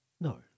No